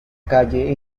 calle